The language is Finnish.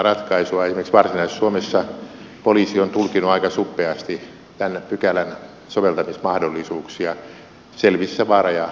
esimerkiksi varsinais suomessa poliisi on tulkinnut aika suppeasti tämän pykälän soveltamismahdollisuuksia selvissä vaara ja vahinkotilanteissa